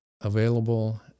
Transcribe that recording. available